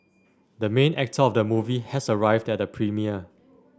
the main actor of the movie has arrived at the premiere